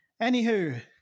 anywho